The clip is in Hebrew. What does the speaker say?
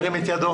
ירים את ידו.